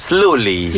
Slowly